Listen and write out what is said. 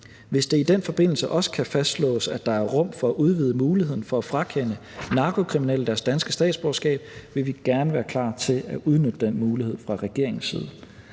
Hvis det i den forbindelse også kan fastslås, at der er rum for at udvide muligheden for at frakende narkokriminelle deres danske statsborgerskab, vil vi gerne være klar til at udnytte den mulighed fra regeringens side.